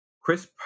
Chris